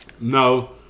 No